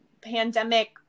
pandemic